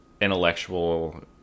intellectual